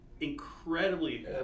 incredibly